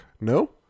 No